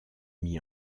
mis